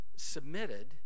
Submitted